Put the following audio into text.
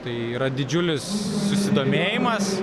tai yra didžiulis susidomėjimas